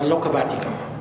אבל לא קבעתי כמה.